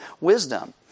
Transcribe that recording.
wisdom